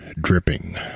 dripping